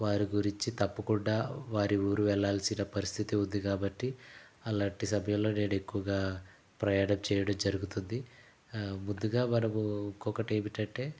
వారి గురించి తప్పకుండా వారి ఊరు వెళ్ళాల్సిన పరిస్థితి ఉంది కాబట్టి అలాంటి సమయంలో నేను ఎక్కువగా ప్రయాణం చేయడం జరుగుతుంది ముందుగా మనము ఇంకొకటేమిటంటే